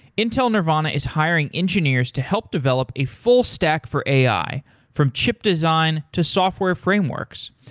intel nervana is hiring engineers to help develop a full stack for ai from chip design to software frameworks.